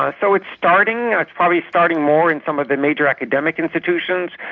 ah so it's starting, ah it's probably starting more in some of the major academic institutions,